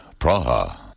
Praha